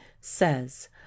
says